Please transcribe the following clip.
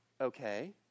Okay